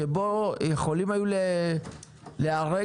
שבו יכולים היו להיהרג